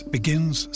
Begins